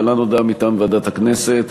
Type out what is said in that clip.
להלן הודעה מטעם ועדת הכנסת.